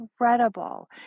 incredible